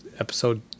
episode